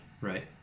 right